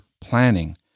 planning